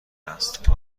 است